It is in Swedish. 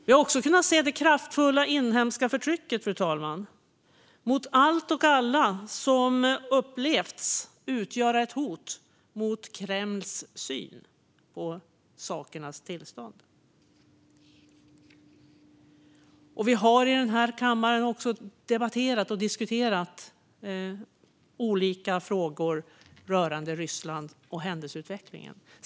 Vi har också kunnat se det kraftfulla inhemska förtrycket mot allt och alla som har upplevts utgöra ett hot mot Kremls syn på sakernas tillstånd. Vi har i denna kammare också debatterat och diskuterat olika frågor rörande Ryssland och händelseutvecklingen.